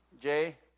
Jay